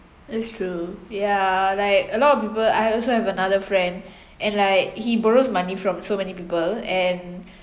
that's true ya like a lot of people I also have another friend and like he borrows money from so many people and